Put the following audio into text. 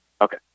Okay